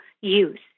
use